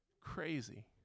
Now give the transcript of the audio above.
crazy